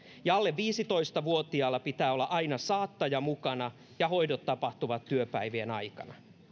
ja alle viisitoista vuotiaalla pitää olla aina saattaja mukana ja hoidot tapahtuvat työpäivien aikana